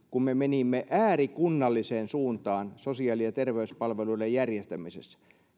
kun me menimme äärikunnalliseen suuntaan sosiaali ja terveyspalveluiden järjestämisessä